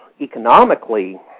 Economically